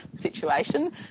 situation